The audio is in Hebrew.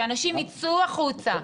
שאנשים ייצאו החוצה,